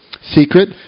secret